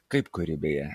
kaip kuri beje